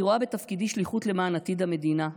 אני רואה בתפקידי שליחות למען עתיד המדינה,